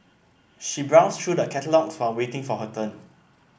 she browsed through the catalogues while waiting for her turn